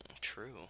True